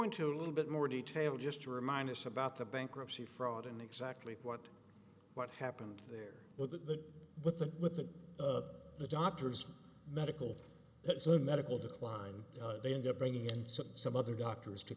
into a little bit more detail just to remind us about the bankruptcy fraud and exactly what what happened there with the with the with the the doctors medical medical decline they end up bringing in some some other doctors to